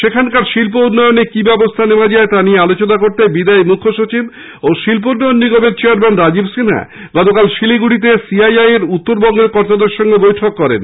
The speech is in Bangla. সেখানকার শিল্প উন্নয়নে কি ব্যবস্থা নেওয়া যায় তা নিয়ে আলোচনা করতে বিদায়ী মুখ্যসচিব ও শিল্পোন্নয়ন নিগমের চেয়ারম্যান রাজীব সিন্হা গতকাল শিলিগুড়িতে সিআইআই এর উত্তরবঙ্গের কর্তাদের সঙ্গে এক বৈঠক করেন